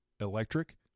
electric